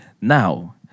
Now